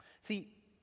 See